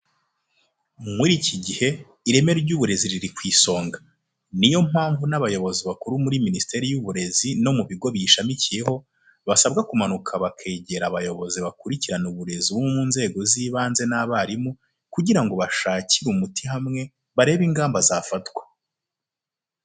Muri iki gihe, ireme ry'uburezi riri ku isonga, ni yo mpamvu n'abayobozi bakuru muri Minisiteri y'Uburezi no mu bigo biyishamikiyeho, basabwa kumanuka bakegera abayobozi bakurikirana uburezi bo mu nzego z'ibanze n'abarimu, kugira ngo bashakire umuti hamwe, barebe ingamba zafatwa.